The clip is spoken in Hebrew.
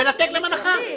ולתת להם הנחה.